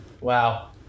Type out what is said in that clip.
Wow